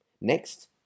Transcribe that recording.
Next